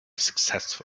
successful